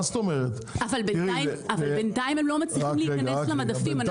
אבל בינתיים הם לא מצליחים להיכנס למדפים,